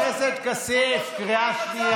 חבר הכנסת כסיף, קריאה שנייה.